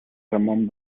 ramón